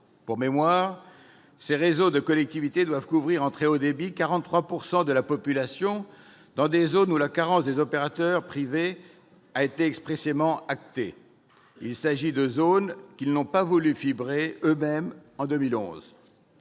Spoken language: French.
Pour mémoire, ces réseaux de collectivités doivent couvrir en très haut débit 43 % de la population dans des zones où la carence des opérateurs privés a expressément été actée. Il s'agit de zones qu'ils n'ont pas voulu fibrer eux-mêmes en 2011